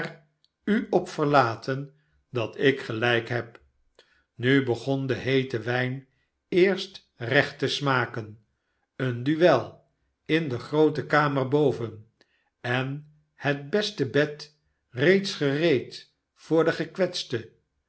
u op verlatem dat ik gelijk heb nu begon de heete wijn eerst recht te smaken een duel in de groote kamer boven en het beste bed reeds gereed voor den gekwetste